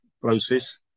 process